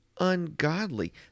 ungodly